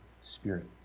spirit